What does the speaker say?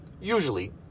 Usually